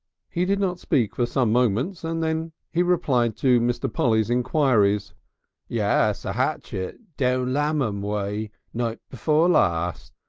he did not speak for some moments, and then he replied to mr. polly's enquiries yes, a atchet. down lammam way night before last.